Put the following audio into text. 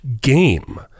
game